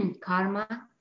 karma